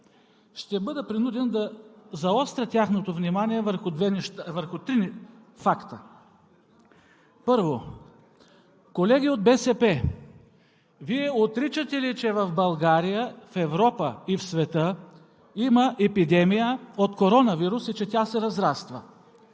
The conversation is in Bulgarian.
Ще бъда принуден да заостря тяхното внимание върху три факта. Първо, колеги от БСП, Вие отричате ли, че в България, в Европа и в света има епидемия от коронавирус и че тя се разраства?